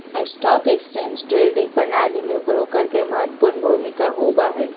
stock exchange के trading प्रणाली में ब्रोकर के महत्वपूर्ण भूमिका होबा हई